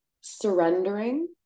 surrendering